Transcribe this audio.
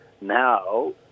now